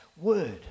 word